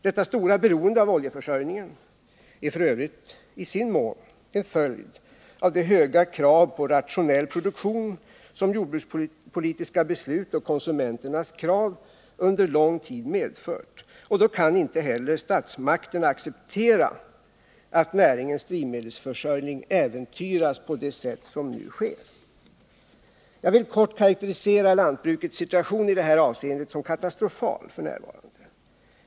Detta stora beroende av oljeförsörjningen är f. ö. i sin mån en följd av de höga krav på rationell produktion som jordbrukspolitiska beslut och konsumenternas krav under lång tid medfört. Då kan heller inte statsmakterna acceptera att näringens drivmedelsförsörjning äventyras på det sätt som nu sker. Jag vill kort karakterisera lantbrukets situation i det här avseendet som katastrofal f. n.